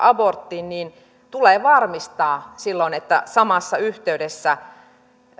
aborttiin niin tulee varmistaa silloin ettei samassa yhteydessä